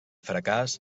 fracàs